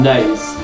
Nice